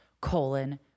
colon